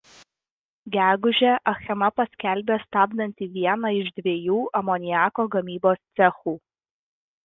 gegužę achema paskelbė stabdanti vieną iš dviejų amoniako gamybos cechų